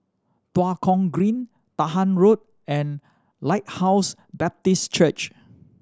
Tua Kong Green Dahan Road and Lighthouse Baptist Church